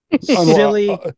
Silly